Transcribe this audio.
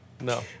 No